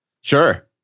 Sure